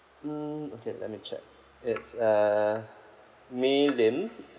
mm okay let me check it's uh may lin